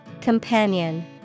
Companion